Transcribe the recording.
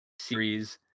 series